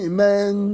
Amen